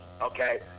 okay